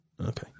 Okay